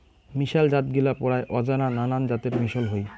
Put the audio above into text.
মিশাল জাতগিলা পরায় অজানা নানান জাতের মিশল হই